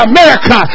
America